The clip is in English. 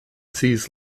sees